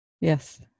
Yes